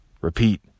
Repeat